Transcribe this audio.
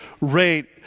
rate